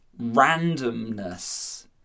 randomness